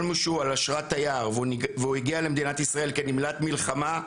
כל מי שהוא על אשרת תייר והוא הגיע למדינת ישראל כנמלט מלחמה,